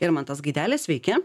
irmantas gaidelis sveiki